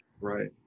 Right